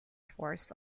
force